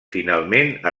finalment